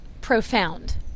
profound